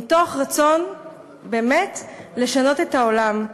מתוך רצון באמת לשנות את העולם,